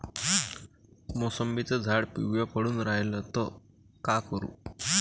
मोसंबीचं झाड पिवळं पडून रायलं त का करू?